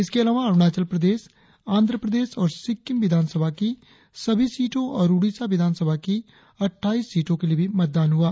इसके अलावा अरुणाचल प्रदेश आंध्र प्रदेश और सिक्किम विधानसभा की सभी सीटों और ओडिसा विधानसभा की अट्ठाईस सीटों के लिए भी मतदान हुआ